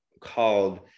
called